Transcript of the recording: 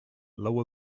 lower